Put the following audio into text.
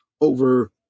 over